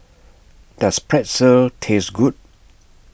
Does Pretzel Taste Good